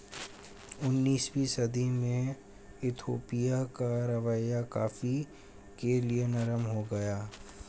उन्नीसवीं सदी में इथोपिया का रवैया कॉफ़ी के लिए नरम हो गया